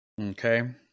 okay